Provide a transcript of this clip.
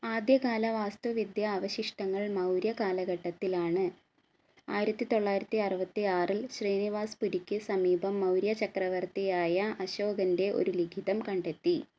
ആദ്യകാല വാസ്തുവിദ്യാ അവശിഷ്ടങ്ങൾ മൗര്യ കാലഘട്ടത്തിലാണ് ആയിരത്തിത്തൊള്ളായിരത്തി അറുപത്തി ആറിൽ ശ്രീനിവാസ്പുരിക്ക് സമീപം മൗര്യ ചക്രവർത്തിയായ അശോകന്റെ ഒര് ലിഘിതം കണ്ടെത്തി